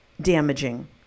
damaging